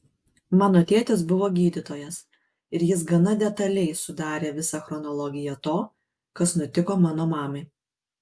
mano tėtis buvo gydytojas ir jis gana detaliai sudarė visą chronologiją to kas nutiko mano mamai